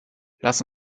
lass